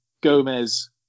Gomez